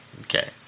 okay